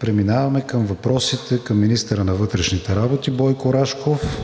Преминаваме към въпросите към министъра на вътрешните работи Бойко Рашков.